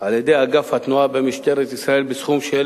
על-ידי אגף התנועה במשטרת ישראל בסכום של